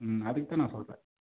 ம் அதுக்கு தான் நான் சொல்கிறேன்